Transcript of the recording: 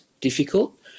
difficult